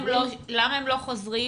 למה הם לא חוזרים?